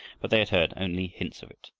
but they had heard only hints of it,